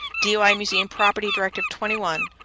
doi museum property directive twenty one,